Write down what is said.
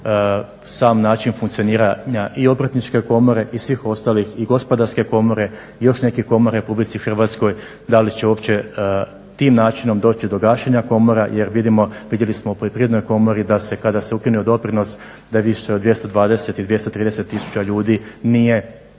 sam način funkcioniranja i Obrtničke komore i svih ostalih i Gospodarske komore i još nekih komora u Republici Hrvatskoj, da li će uopće tim načinom doći do gašenja komora jer vidjeli smo u Poljoprivrednoj komori da se kada se ukinuo doprinos da više od 220 i 230 tisuća ljudi nije